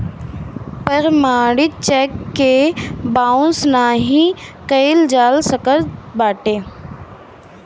प्रमाणित चेक के बाउंस नाइ कइल जा सकत बाटे